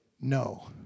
no